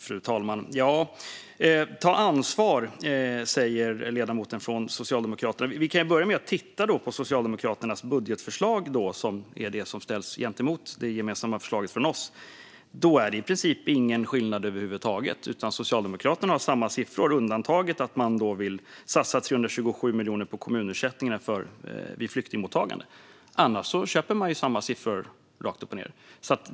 Fru talman! Ta ansvar, säger ledamoten från Socialdemokraterna. Vi kan ju börja med att titta på Socialdemokraternas budgetförslag som ställs mot det gemensamma förslaget från oss; det är i princip ingen skillnad över huvud taget. Socialdemokraterna har samma siffror, med undantag för att man vill satsa 327 miljoner på kommunersättningar för flyktingmottagandet. Annars är det ju samma siffror rakt av.